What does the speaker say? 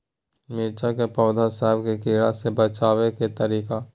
मिर्ची के पौधा सब के कीड़ा से बचाय के तरीका?